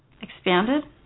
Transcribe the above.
expanded